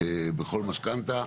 בכל משכנתא,